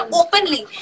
openly